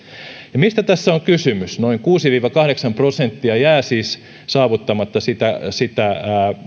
ja mistä tässä on kysymys noin kuusi viiva kahdeksan prosenttia jää siis saavuttamatta sitä sitä